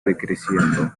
decreciendo